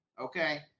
okay